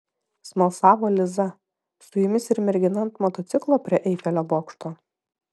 smalsavo liza su jumis ir mergina ant motociklo prie eifelio bokšto